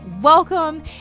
welcome